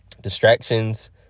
Distractions